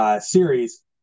series